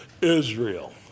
Israel